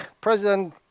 President